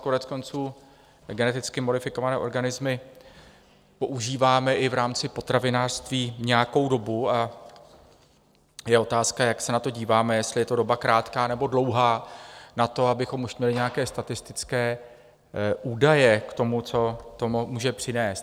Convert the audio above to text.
Koneckonců, geneticky modifikované organismy používáme i v rámci potravinářství nějakou dobu a je otázka, jak se na to díváme, jestli je to doba krátká nebo dlouhá na to, abychom už měli nějaké statistické údaje k tomu, co to může přinést.